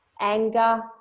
anger